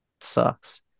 sucks